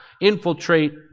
infiltrate